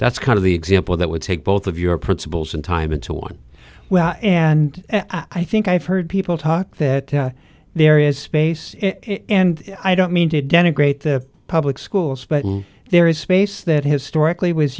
that's kind of the example that would take both of your principals and time into one well and i think i've heard people talk that there is space and i don't mean to denigrate the public schools by there is space that historically was